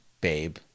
babe